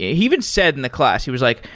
he even said in the class, he was like,